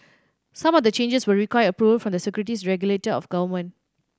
some of the changes will require approval from the securities regulator of government